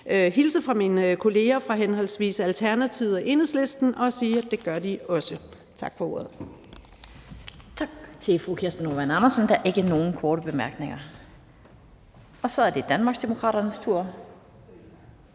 hilse fra mine kolleger fra henholdsvis Alternativet og Enhedslisten og sige, at det gør de også. Tak for ordet.